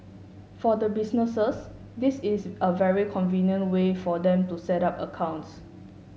for the businesses this is a very convenient way for them to set up accounts